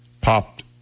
popped